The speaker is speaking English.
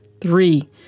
Three